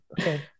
Okay